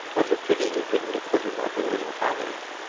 what a pity you couldn't have put him up a little higher.